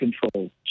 control